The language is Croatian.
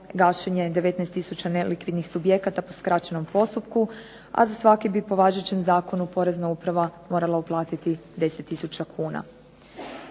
gašenje 19 tisuća nelikvidnih subjekata po skraćenom postupku, a za svaki bi po važećem zakonu porezna uprava morala uplatiti 10 tisuća kuna.